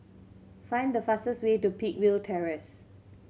find the fastest way to Peakville Terrace